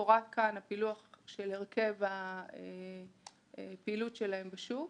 מפורט כאן הפילוח של הרכב הפעילות שלהם בשוק.